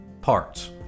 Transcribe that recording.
parts